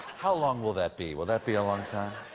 how long will that be? will that be a long time?